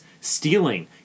stealing